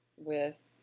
with.